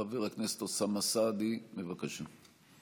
חבר הכנסת אוסאמה סעדי, בבקשה.